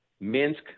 Minsk